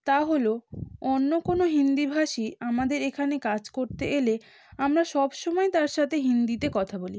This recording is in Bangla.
তা হল অন্য কোনো হিন্দিভাষী আমাদের এখানে কাজ করতে এলে আমরা সব সময় তার সাথে হিন্দিতে কথা বলি